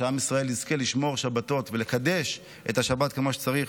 וכשעם ישראל יזכה לשמור שבתות ולקדש את השבת כמו שצריך,